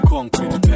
Concrete